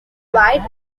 wide